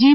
જી